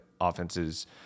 offenses